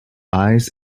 eyes